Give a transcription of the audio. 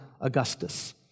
Augustus